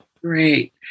Great